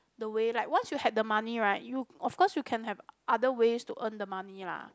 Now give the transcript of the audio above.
the way like once you have the money right you of course you can have other ways to earn the money lah